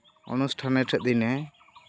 ᱚᱱᱩᱥᱴᱷᱟᱱᱮᱨ ᱫᱤᱱᱮ